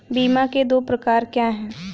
बीमा के दो प्रकार क्या हैं?